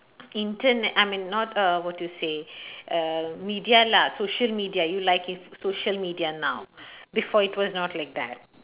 internet I mean not uh what you say err media lah social media you like it social media now before it was not like that